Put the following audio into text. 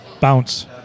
Bounce